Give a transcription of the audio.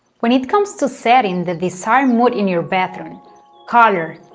when it comes to setting the desired mood in your bedroom color,